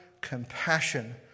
compassion